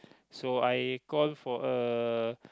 so I call for a